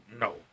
No